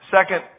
Second